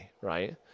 right